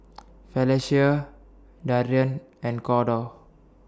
Felecia Darian and Corda